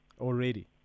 already